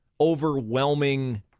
overwhelming